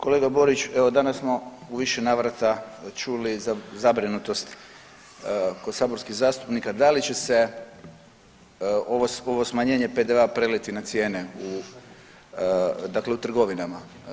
Kolega Borić, evo danas smo u više navrata čuli zabrinutost kod saborskih zastupnika da li će se ovo smanjenje PDV-a preliti na cijene u, dakle u trgovinama?